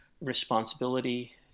responsibility